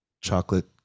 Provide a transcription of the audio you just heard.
chocolate